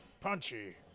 Punchy